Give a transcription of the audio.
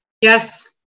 Yes